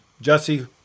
Jesse